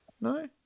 No